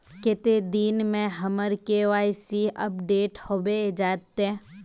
कते दिन में हमर के.वाई.सी अपडेट होबे जयते?